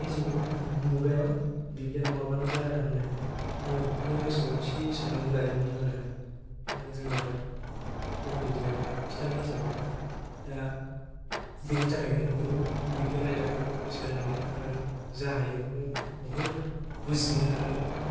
दानि मुगायाव बिगियान नङाब्लानो जाया होननायखाय आङो बेखौनो गोसोआव थि साननानै लायोमोन आरो जोंना फोरोंगिरिया खिन्थानाय हिसाबै दा बेनि थाखायनो बेखौ बिगियान आयदाखौ गोसो होनानै आरो जा हायो बेखौ बुजिनो बुहुथ